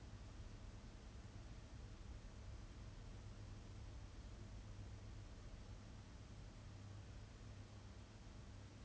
I think they are very like different issues but then people are like putting them together to create a bigger hoohah about it than what it actually is cause like